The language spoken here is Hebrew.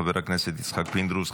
חבר הכנסת יצחק פינדרוס,